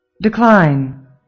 Decline